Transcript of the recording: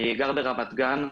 אני גר ברמת גן,